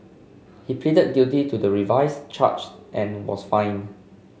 he pleaded guilty to the revised charge and was fined